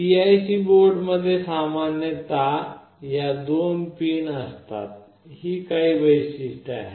PIC board मध्ये सामान्यत या पिन असतात आणि ही काही वैशिष्ट्ये आहेत